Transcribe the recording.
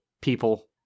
people